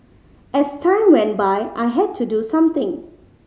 as time went by I had to do something